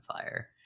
fire